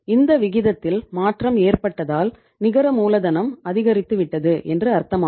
இந்த விகிதத்தில் மாற்றம் ஏற்பட்டதால் நிகர மூலதனம் அதிகரித்துவிட்டது என்று அர்த்தமாகும்